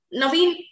Naveen